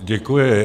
Děkuji.